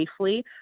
safely